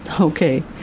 Okay